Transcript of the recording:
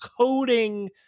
coding